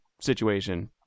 situation